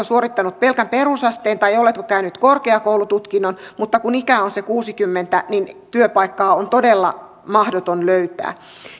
suorittanut pelkän perusasteen tai onko käynyt korkeakoulututkinnon mutta kun ikää on se kuusikymmentä niin työpaikkaa on todella mahdoton löytää